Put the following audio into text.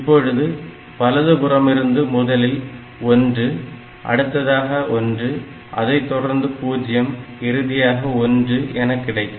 இப்பொழுது வலதுபுறமிருந்து முதலில் 1 அடுத்ததாக 1 அதைத்தொடர்ந்து 0 இறுதியாக 1 எனக் கிடைக்கும்